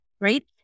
right